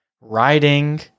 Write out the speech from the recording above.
writing